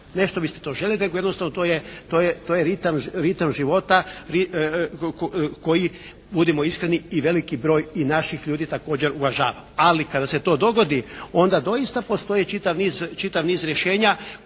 Ne što biste to željeli nego jednostavno to je ritam života koji budimo iskreni i veliki broj i naših ljudi također uvažava. Ali, kada se to dogodi onda doista postoji čitav niz rješenja